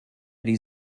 die